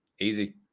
easy